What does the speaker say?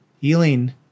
Healing